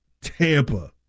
Tampa